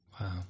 Wow